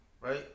Right